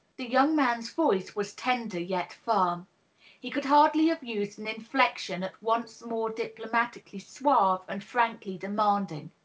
the young man s voice was tender yet firm he could hardly have used an inflection at once more diplo matically suave and frankly demanding.